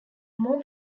more